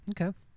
okay